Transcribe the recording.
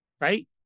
right